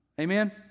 Amen